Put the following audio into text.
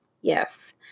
Yes